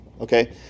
Okay